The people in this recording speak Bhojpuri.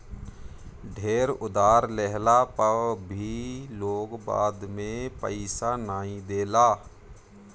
ढेर उधार लेहला पअ भी लोग बाद में पईसा नाइ देला